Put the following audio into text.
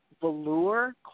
velour